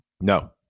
No